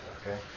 okay